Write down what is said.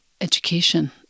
education